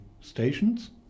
stations